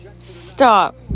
stop